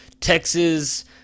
Texas